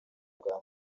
bwa